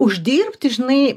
uždirbti žinai